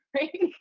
right